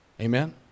Amen